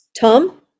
Tom